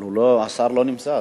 אבל השר לא נמצא.